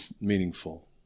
meaningful